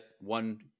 one